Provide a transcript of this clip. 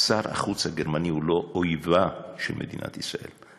שר החוץ הגרמני הוא לא אויבה של מדינת ישראל,